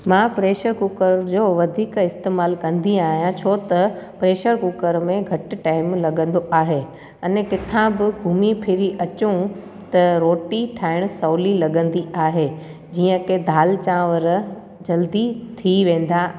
मां pressure cooker जो वधीक इस्तेमालु कंदी आहियां छो त प्रेशर कुकर में घटि टाइम लॻंदो आहे अने किथां बि घुमी फिरी अचूं त रोटी ठाहिणु सवली लॻंदी आहे जीअं की दाल चांवर जल्दी थी वेंदा